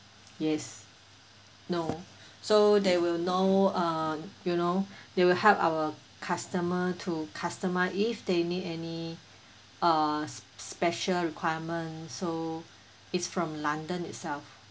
yes no so they will know uh you know they will help our customer to customise if they need any uh special requirements so it's from london itself